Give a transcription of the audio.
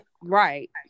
right